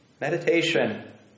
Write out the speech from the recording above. Meditation